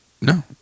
No